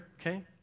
okay